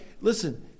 listen